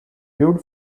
viewed